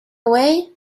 way